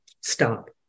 stop